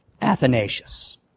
Athanasius